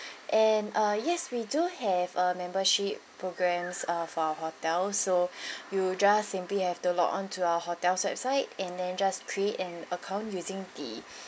and (uh)y es we do have uh membership programmes uh for our hotel so you just simply have to log on to our hotel's website and then just create an account using the